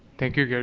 thank you,